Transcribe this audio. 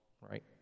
right